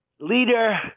leader